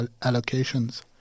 allocations